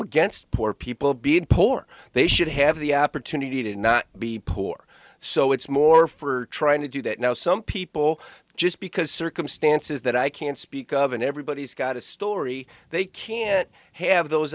against poor people being poor they should have the opportunity to not be poor so it's more for trying to do that now some people just because circumstances that i can speak of in everybody's got a story they can have those